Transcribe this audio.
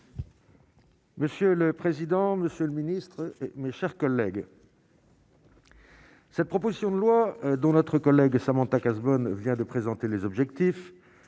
Monsieur le président, monsieur le ministre, mes chers collègues. Cette proposition de loi dont notre collègue et Samantha Cazebonne vient de présenter les objectifs